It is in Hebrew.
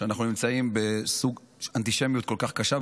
שאנחנו נמצאים בסוג אנטישמיות כל כך קשה,